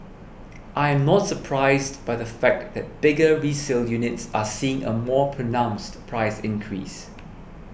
I'm not surprised by the fact that bigger resale units are seeing a more pronounced price increase